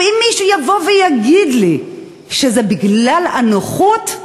אם מישהו יבוא ויגיד לי שזה בגלל הנוחות,